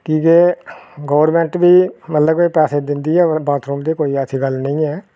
की के गौरमैंट बी मतलब पैसे दिंदी ऐ बाथरूम दी कोई ऐसी गल्ल नी ऐ